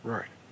Right